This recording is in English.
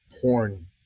porn